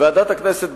ועדת הכנסת,